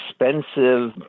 expensive